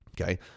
Okay